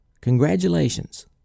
Congratulations